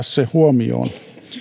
se huomioon